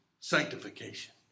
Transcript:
sanctification